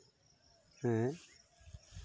ᱦᱮᱸ